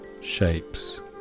shapes